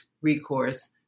recourse